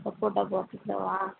சப்போட்டா பத்து கிலோவா